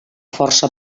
força